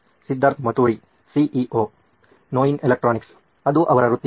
Siddharth Maturi CEO ನೋಯಿನ್ electronics ಅದು ಅವರ ವೃತ್ತಿ